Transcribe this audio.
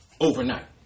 overnight